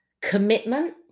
commitment